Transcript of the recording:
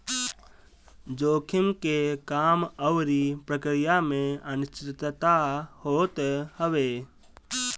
जोखिम के काम अउरी प्रक्रिया में अनिश्चितता होत हवे